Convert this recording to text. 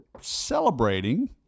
celebrating